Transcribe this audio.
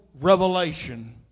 revelation